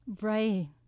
Right